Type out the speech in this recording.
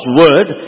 word